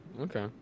Okay